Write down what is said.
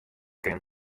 kin